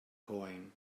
coin